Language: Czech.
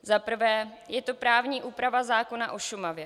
Za prvé je to právní úprava zákona o Šumavě.